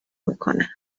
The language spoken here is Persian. میکنه